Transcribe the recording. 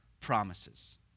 promises